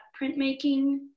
printmaking